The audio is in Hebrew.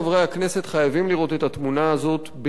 חייבים לראות את התמונה הזאת בכללותה,